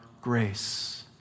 grace